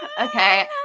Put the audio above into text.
Okay